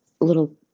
little